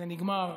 זה נגמר,